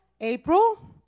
April